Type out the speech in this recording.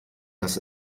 dass